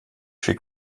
she